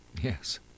Yes